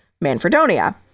Manfredonia